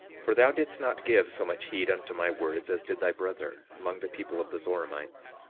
for thou didst not give so much heed unto my words as did thy brother, among the people of the zoramites.